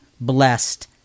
blessed